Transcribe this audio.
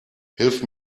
hilf